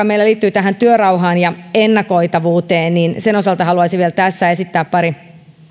meillä liittyy työrauhaan ja ennakoitavuuteen ja sen osalta haluaisin vielä tässä esittää pari